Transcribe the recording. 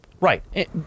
right